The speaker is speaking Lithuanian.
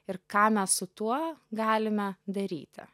ir ką mes su tuo galime daryti